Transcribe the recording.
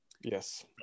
Yes